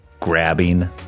Grabbing